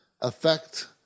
affect